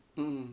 mm